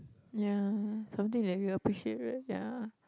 ya something that you will appreciate right ya